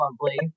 lovely